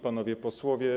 Panowie Posłowie!